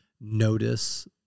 notice